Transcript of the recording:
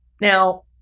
Now